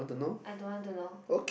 I don't want to know